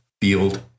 field